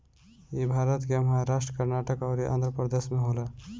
इ भारत के महाराष्ट्र, कर्नाटक अउरी आँध्रप्रदेश में होला